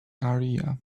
area